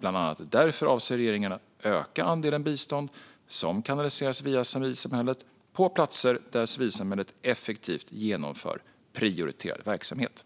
Bland annat därför avser regeringen att öka andelen bistånd som kanaliseras via civilsamhället på platser där civilsamhället effektivt genomför prioriterad verksamhet.